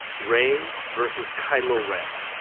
rey vs. kylo ren.